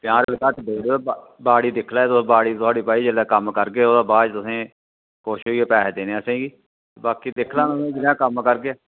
चार रपेऽ घट्ट देउड़ेओ बा बाड़ी दिक्खी लैएओ तुस बाड़ी थुआढ़ी भाई जेल्लै कम्म करगे ओह्दे बाद च तुसें खुश होइयै पैहे देने असेंगी बाकी दिक्खी लैओ जियां कम्म करगे